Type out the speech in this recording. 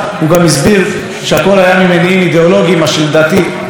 מה שלדעתי עוד יותר מחמיר את מהות העבירה,